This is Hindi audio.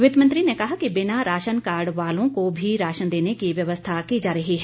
वित्त मंत्री ने कहा कि बिना राशन कार्ड वालों को भी राशन देने की व्यवस्था की जा रही है